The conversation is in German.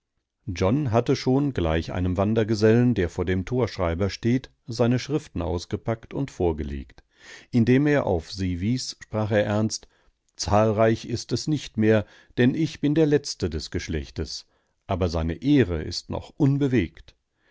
john hatte schon gleich einem wandergesellen der vor dem torschreiber steht seine schriften ausgepackt und vorgelegt indem er auf sie wies sprach er ernst zahlreich ist es nicht mehr denn ich bin der letzte des geschlechtes aber seine ehre steht noch unbewegt